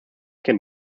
can